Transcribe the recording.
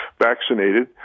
vaccinated